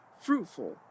fruitful